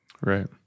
Right